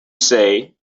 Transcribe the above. say